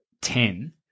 ten